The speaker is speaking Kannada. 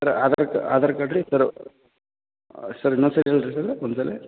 ಸರ್ರ ಆಧಾರ್ ಕಾ ಆಧಾರ್ ಕಾರ್ಡ್ ರೀ ಸರ್ರ ಸರ್ ಇನ್ನೊಂದ್ಸಾರಿ ಹೇಳಿ ರೀ ಸರ್ರ ಒಂದು ಸರಿ